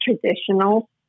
traditional